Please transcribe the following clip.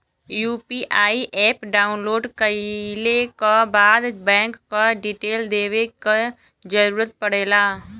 UPI app download कइले क बाद बैंक क डिटेल देवे क जरुरत पड़ेला